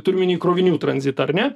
turiu omeny krovinių tranzitą ar ne